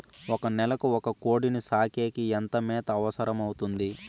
ఒక నెలకు ఒక కోడిని సాకేకి ఎంత మేత అవసరమవుతుంది?